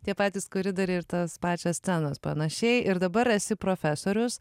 tie patys koridoriai ir tos pačios scenos panašiai ir dabar esi profesorius